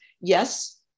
Yes